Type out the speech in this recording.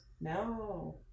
No